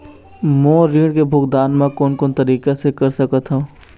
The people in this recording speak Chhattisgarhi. मोर ऋण के भुगतान म कोन कोन तरीका से कर सकत हव?